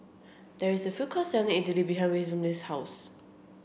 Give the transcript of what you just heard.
there is a food court selling Idili behind Wilhelmine's house